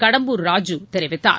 கடம்பூர் ராஜூ தெரிவித்தார்